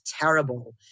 terrible